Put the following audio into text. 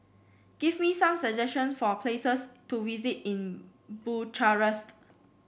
give me some suggestions for places to visit in Bucharest